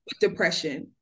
depression